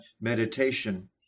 meditation